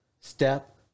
step